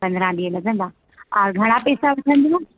पंद्रहां ॾींहं लॻंदा ऐं घणा पैसा लॻंदव